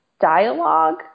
dialogue